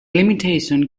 limitation